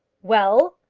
well,